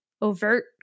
overt